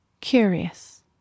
curious